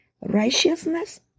righteousness